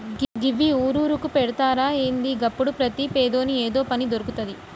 గివ్వి ఊరూరుకు పెడ్తరా ఏంది? గప్పుడు ప్రతి పేదోని ఏదో పని దొర్కుతది